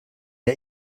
der